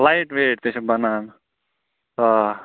light weight تہِ چھِ بَنان آ